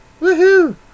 Woohoo